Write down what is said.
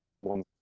one